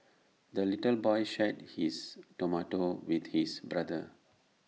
the little boy shared his tomato with his brother